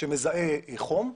שמזהה חום,